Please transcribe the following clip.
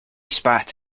spat